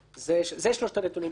אלה שלושת הנתונים שנמסרו.